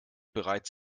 bereits